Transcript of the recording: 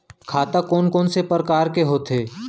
खाता कोन कोन से परकार के होथे?